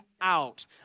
out